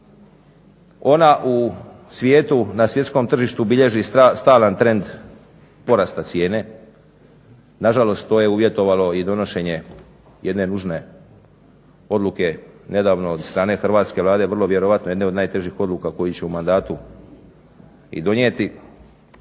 ona u svijetu na svjetskom tržištu bilježi stalan trend porasta cijene. Nažalost to je uvjetovalo i donošenje jedne ružne odluke nedavno od strane Hrvatske vlade, vrlo vjerojatno jedne od najtežih odluka kojih će u mandatu i donijeti,